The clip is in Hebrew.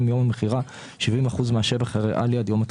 מיום המכירה - 70 אחוזים מהשבח הריאלי עד יום התחילה.